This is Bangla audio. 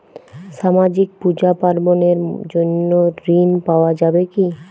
সামাজিক পূজা পার্বণ এর জন্য ঋণ পাওয়া যাবে কি?